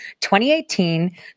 2018